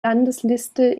landesliste